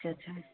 अच्छा अच्छा